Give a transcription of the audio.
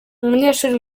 umunyeshuri